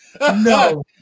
no